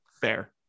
Fair